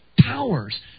powers